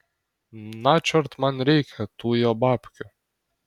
načiort man reikia tų jo babkių